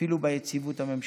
אפילו ביציבות הממשלתית.